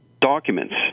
documents